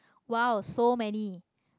!wow! so many